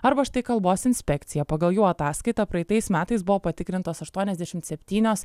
arba štai kalbos inspekcija pagal jų ataskaitą praeitais metais buvo patikrintos aštuoniasdešimt septynios